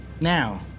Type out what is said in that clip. now